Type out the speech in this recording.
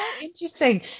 interesting